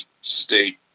state